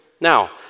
now